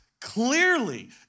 clearly